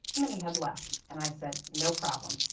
many had left. and i said no problem.